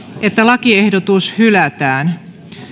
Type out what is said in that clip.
että lakiehdotus hylätään